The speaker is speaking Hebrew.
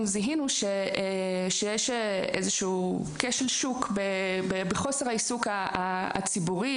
אנחנו זיהינו שיש איזשהו כשל שוק בחוסר העיסוק הציבורי,